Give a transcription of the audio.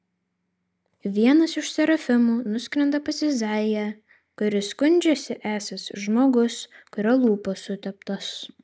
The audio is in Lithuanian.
vienas iš serafimų nuskrenda pas izaiją kuris skundžiasi esąs žmogus kurio lūpos suteptos